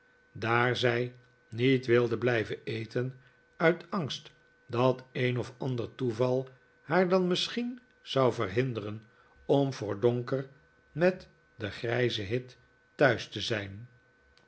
daar zij niet wilde blijven eten uit angst dat een of ander toeval haar dan misschien zou verhinderen om voor donker met den grijzen hit thuis te zijn